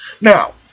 Now